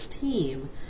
team